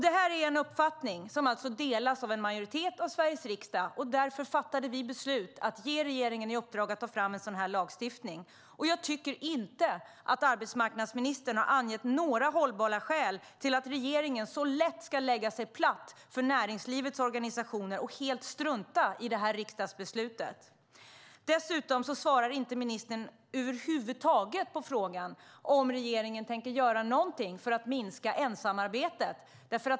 Det är en uppfattning som delas av en majoritet av Sveriges riksdag, och därför fattade vi beslut om att ge regeringen i uppdrag att ta fram en sådan lagstiftning. Jag tycker inte att arbetsmarknadsministern angett några hållbara skäl till att regeringen så lätt ska lägga sig platt för näringslivets organisationer och helt strunta i riksdagsbeslutet. Dessutom svarar ministern över huvud taget inte på frågan om regeringen tänker göra någonting för att minska ensamarbetet.